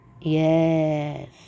Yes